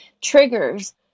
triggers